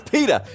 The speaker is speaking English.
Peter